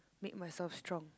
make myself strong